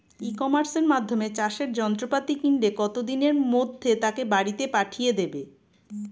ই কমার্সের মাধ্যমে চাষের যন্ত্রপাতি কিনলে কত দিনের মধ্যে তাকে বাড়ীতে পাঠিয়ে দেবে?